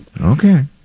Okay